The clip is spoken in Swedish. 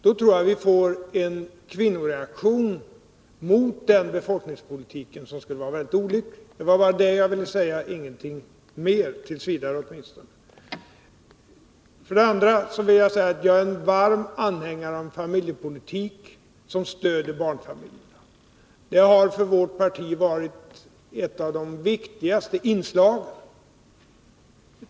Då tror jag vi får en kvinnoreaktion mot den befolkningspolitiken, som skulle vara väldigt olycklig. Det var bara detta jag ville säga i det sammanhanget — ingenting mer, t. v. åtminstone. För det andra vill jag framhålla att jag är en varm anhängare av en familjepolitik som stöder barnfamiljerna. Det har för vårt parti varit ett av de viktigaste inslagen.